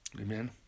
Amen